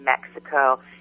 Mexico